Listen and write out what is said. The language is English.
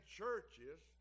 churches